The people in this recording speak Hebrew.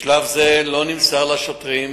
בשלב זה לא נמסר לשוטרים